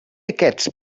aquests